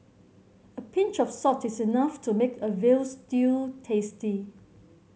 a pinch of salt is enough to make a veal stew tasty